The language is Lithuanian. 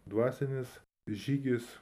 dvasinis žygis